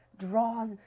Draws